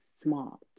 Smart